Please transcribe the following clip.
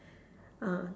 ah